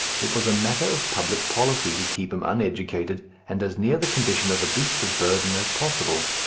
it was a matter of public policy to keep him uneducated and as near the condition of a beast of burden as possible,